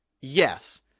Yes